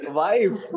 wife